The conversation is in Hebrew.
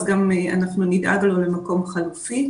אז נדאג לו למקום חלופי.